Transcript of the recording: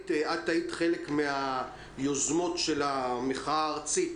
שהיית אחת מיוזמות המחאה הארצית.